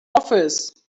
office